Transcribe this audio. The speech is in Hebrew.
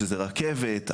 שזה רכבת,